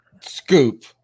scoop